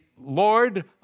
Lord